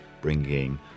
bringing